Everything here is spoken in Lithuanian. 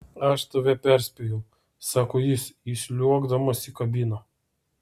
aš tave perspėjau sako jis įsliuogdamas į kabiną